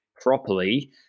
properly